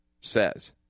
says